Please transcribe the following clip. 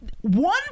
One